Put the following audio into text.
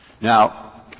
Now